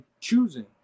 choosing